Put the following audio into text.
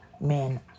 men